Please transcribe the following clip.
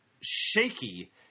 shaky